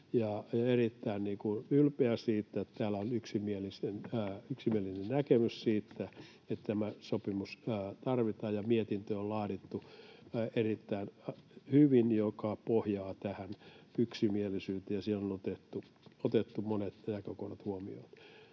erittäin ylpeä siitä, että täällä on yksimielinen näkemys siitä, että tämä sopimus tarvitaan. Mietintö on laadittu erittäin hyvin. Se pohjaa tähän yksimielisyyteen, ja siellä on otettu monet näkökulmat huomioon.